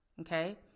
Okay